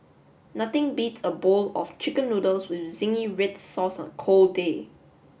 nothing beats a bowl of chicken noodles with zingy red sauce on a cold day